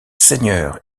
seigneur